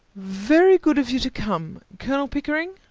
very good of you to come. colonel pickering.